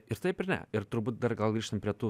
ir taip ir ne ir turbūt dar gal grįžtant prie tų